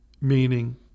Meaning